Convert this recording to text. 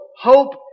hope